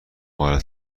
مال